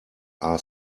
are